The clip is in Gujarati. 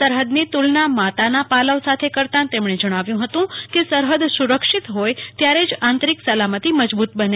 સરફદની તુલના માતાના પાલવ સાથે કરતા તેમને જણાવ્યું હતું કે સરફદ સુરક્ષિત ફોય ત્યારે જ આંતરિક સલામતી મજબુત બને